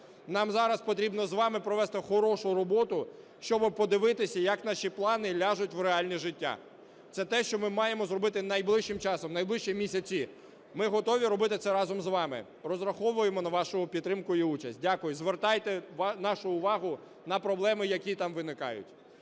Нам зараз потрібно з вами провести хорошу роботу, щоб подивитися, як наші плани ляжуть в реальне життя. Це те, що ми маємо зробити найближчим часом, в найближчі місяці. Ми готові робити це разом з вами. Розраховуємо на вашу підтримку і участь. Дякую. Звертайте нашу увагу на проблеми, які там виникають.